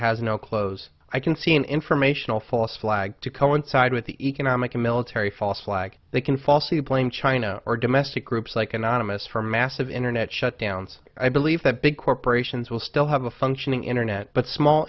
has no clothes i can see an informational false flag to coincide with the economic military false flag they can falsely blame china or domestic groups like anonymous for massive internet shutdowns i believe that big corporations will still have a functioning internet but small